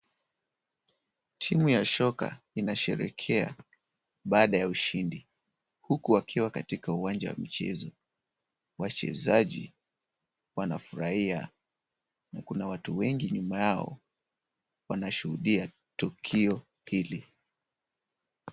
Timu ya soka inasherehekea baada ya ushindi, huku wakiwa katika uwanja wa michezo. Wachezaji wanafurahia na kuna watu wengi nyuma yao wanashuhudia tukio hili.